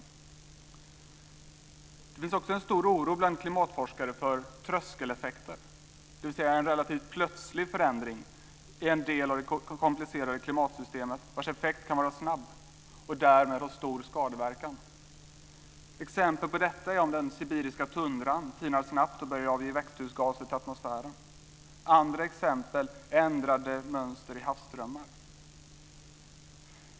Det finns också en stor oro bland klimatforskare för tröskeleffekter - dvs. en relativt plötslig förändring i en del av det komplicerade klimatsystemet vilkens effekt kan vara snabb och därmed ha stor skadeverkan. Ett exempel på detta är om den sibiriska tundran tinar snabbt och börjar avge växthusgaser till atmosfären. Andra exempel är ändrade mönster i havsströmmar.